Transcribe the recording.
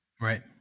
Right